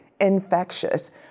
infectious